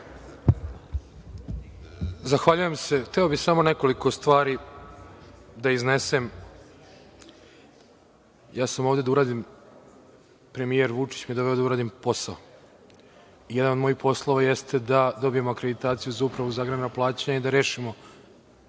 Zahvaljujem se. Hteo bih samo nekoliko stvari da iznesem. Ja sam ovde da uradim, premijer Vučić mi je dao da uradim posao i jedan od mojih poslova jeste da dobijem akreditaciju za Upravu za agrarna plaćanja i da rešimo